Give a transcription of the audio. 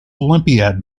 olympiad